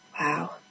Wow